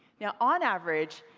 yeah on average,